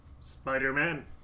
Spider-Man